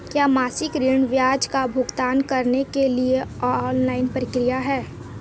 क्या मासिक ऋण ब्याज का भुगतान करने के लिए कोई ऑनलाइन प्रक्रिया है?